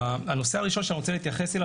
הנושא הראשון שאני רוצה להתייחס אליו